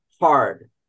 hard